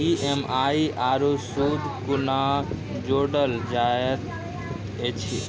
EMI आरू सूद कूना जोड़लऽ जायत ऐछि?